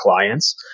clients